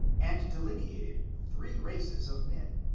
and delineated three races of men,